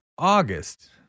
August